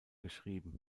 geschrieben